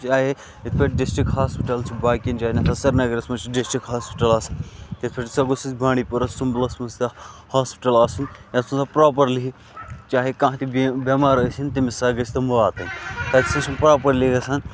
چاہے یِتھ پٲٹھۍ ڈِسٹرک ہاسپِٹَل چھ باقیَن جایَن سرینگرَس مَنٛز چھ ڈِسٹرک ہاسپٹَل آسان یِتھ پٲٹھۍ ہَسا گوٚژھ اَسہِ بانڈیپورا سُمبُلَس مَنٛز تہِ ہاسپِٹَل آسُن یتھ ہَسا پراپرلی چاہے کانٛہہ تہِ بیٚمار ٲسِن تمس ہَسا گٔژھ تِم واتٕنۍ تَتہِ ہسا چھُ نہٕ پراپرلی گَژھان